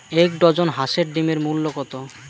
এক ডজন হাঁসের ডিমের মূল্য কত?